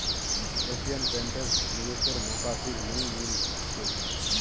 Asian पेंटत निवेशेर मौका फिर नइ मिल तोक